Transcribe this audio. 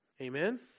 Amen